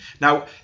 Now